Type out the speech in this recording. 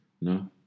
no